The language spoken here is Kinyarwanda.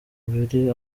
biri